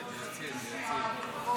חלק זה יציל.